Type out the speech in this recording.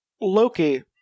Loki